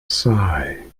sigh